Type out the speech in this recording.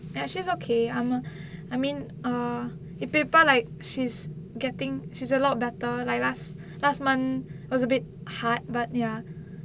ah she's okay ஆமா:aamaa I mean ah err if people like she's getting she's a lot better like last last month was a bit hard but ya